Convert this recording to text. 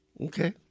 Okay